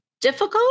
difficult